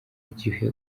igihe